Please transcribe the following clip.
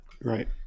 Right